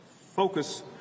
focus